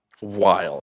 wild